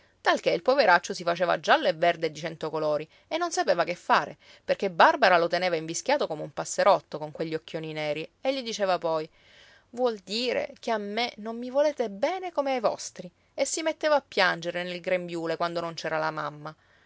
talché il poveraccio si faceva giallo e verde e di cento colori e non sapeva che fare perché barbara lo teneva invischiato come un passerotto con quegli occhioni neri e gli diceva poi vuol dire che a me non mi volete bene come ai vostri e si metteva a piangere nel grembiule quando non c'era la mamma